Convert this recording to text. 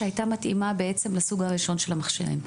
שהייתה מתאימה בעצם לסוג הראשון של המכשירים.